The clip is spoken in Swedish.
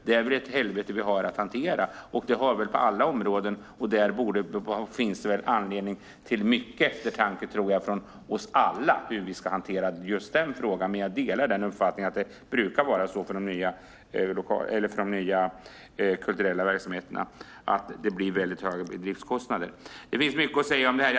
Det är väl ett helvete vi har att hantera, och det har vi väl på alla områden. Där tror jag att det finns anledning till mycket eftertanke från oss alla när det gäller hur vi ska hantera just den frågan. Men jag delar uppfattningen att det brukar vara så för de nya kulturella verksamheterna, att det blir väldigt höga driftskostnader. Det finns mycket att säga om det här.